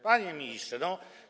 Panie ministrze, no.